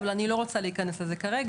אבל אני לא רוצה להיכנס לזה כרגע,